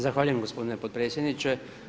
Zahvaljujem gospodine potpredsjedniče.